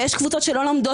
ואין חינוך